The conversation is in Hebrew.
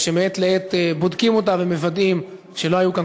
ושמעת לעת בודקים אותה ומוודאים שלא היו כאן